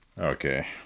Okay